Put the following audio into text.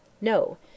No